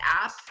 app